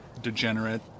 degenerate